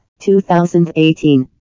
2018